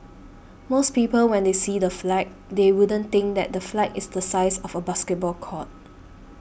most people when they see the flag they wouldn't think that the flag is the size of a basketball court